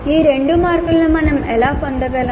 ఈ 2 మార్కులను మనం ఎలా పొందగలం